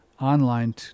online